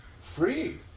Free